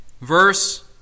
Verse